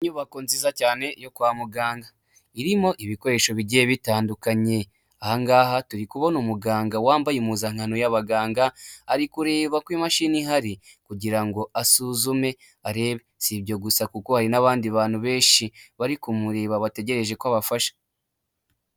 Inyubako nziza cyane yo kwa muganga, irimo ibikoresho bigiye bitandukanye. Aha ngaha turi kubona umuganga wambaye impuzankano y'abaganga ari kureba ko imashini ihari kugirango asuzume. Si ibyo gusa kuko hari n'abandi bantu benshi bari kumureba bategereje ko abafasha.